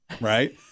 right